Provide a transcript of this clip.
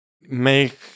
make